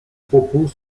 propos